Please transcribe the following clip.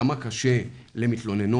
כמה קשה למתלוננות,